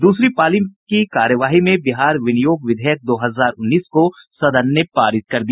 दूसरी पाली की कार्यवाही में बिहार विनियोग विधेयक दो हजार उन्नीस को सदन ने पारित कर दिया